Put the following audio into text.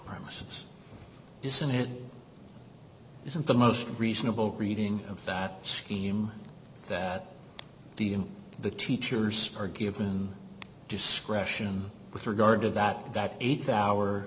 armistice isn't it isn't the most reasonable reading of that scheme that the teachers are given discretion with regard to that that eight hour